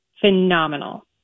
Phenomenal